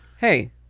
Hey